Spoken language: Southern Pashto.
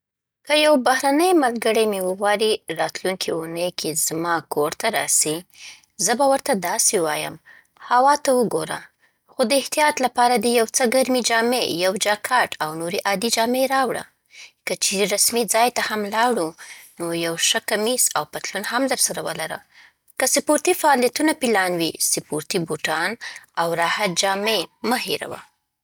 که یو بهرنی ملګری مې غواړي راتلونکې اونۍ کی زما کورته راسي، زه به ورته داسې ووایم: “هوا ته وګوره، خو د احتیاط لپاره دې یو څه ګرمې جامې، یو جاکټ، او نورې عادي جامې راوړه. که چیرې رسمي ځای ته هم لاړو، نو یو ښه کمیس او پتلون هم درسره ولره. که سپورتي فعالیتونه پلان وي، سپورتي بوټان او راحت جامې مه هېروه.